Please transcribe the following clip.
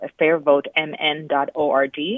FairVoteMN.org